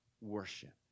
worship